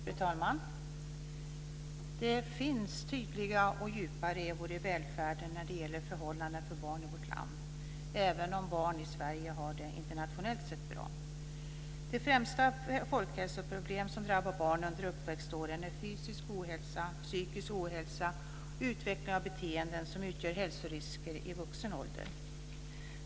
Fru talman! Det finns tydliga och djupa revor i välfärden när det gäller förhållanden för barn i vårt land, även om barn i Sverige internationellt sett har det bra. De främsta folkhälsoproblem som drabbar barn under uppväxtåren är fysisk ohälsa, psykisk ohälsa och utveckling av beteenden som utgör hälsorisker i vuxen ålder.